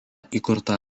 įkurta